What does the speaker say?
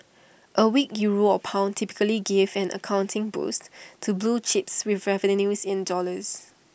A weak euro or pound typically give an accounting boost to blue chips with revenues in dollars